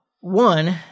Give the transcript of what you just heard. One